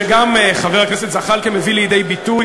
שגם חבר הכנסת זחאלקה מביא לידי ביטוי